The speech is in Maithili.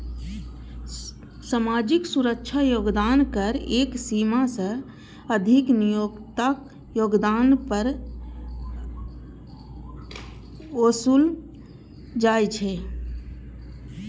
सामाजिक सुरक्षा योगदान कर एक सीमा सं अधिक नियोक्ताक योगदान पर ओसूलल जाइ छै